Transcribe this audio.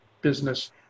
business